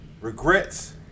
regrets